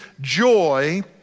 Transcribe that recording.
joy